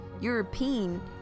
European